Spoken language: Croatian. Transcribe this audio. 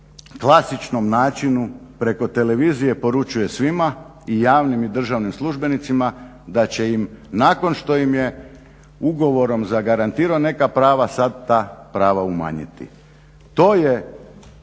klasičnom načinu preko televizije poručuje svima i javnim i državnim službenicima da će im nakon što im je ugovorom zagarantirao neka prava sad ta prava umanjiti.